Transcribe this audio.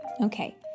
Okay